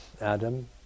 Adam